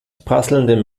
prasselndem